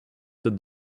that